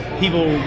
people